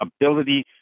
ability